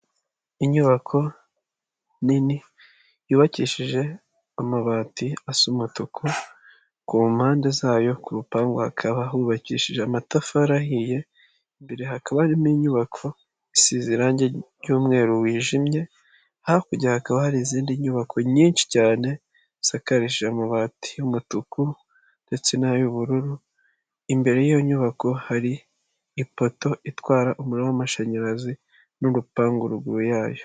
Inyubako nini yubakishije amabati asa umatuku ku mpande zayo ku rupangu hakaba hubakishije amatafari ahiye imbere hakaba harimo inyubako isize irangi ry'umweru wijimye hakurya hakaba hari izindi nyubako nyinshi cyane zisakarisha amabati y'umutuku ndetse n'ay'ubururu imbere y'iyo nyubako hari ipoto itwara umuriro w'amashanyarazi n'urupangu ruguru yayo.